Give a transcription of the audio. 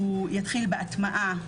הוא יתחיל בהטמעה.